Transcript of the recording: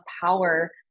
power